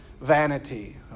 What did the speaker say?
vanity